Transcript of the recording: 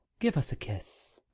give us a kiss.